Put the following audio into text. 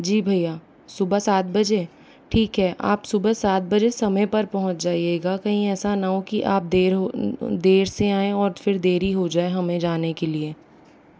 जी भइया सुबह सात बजे ठीक है आप सुबह सात बजे समय पर पहुँच जाइएगा कहीं ऐसा ना हो कि देर हो देर से आयें और देर ही हो जाए हमें जाने के लिए